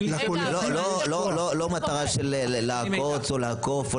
לא במטרה של לעקוץ, או לעקוף.